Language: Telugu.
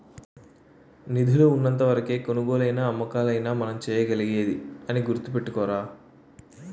నిధులు ఉన్నంత వరకే కొనుగోలైనా అమ్మకాలైనా మనం చేయగలిగేది అని గుర్తుపెట్టుకోరా